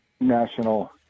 national